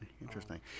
Interesting